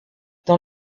dans